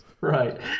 right